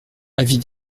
avis